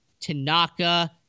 Tanaka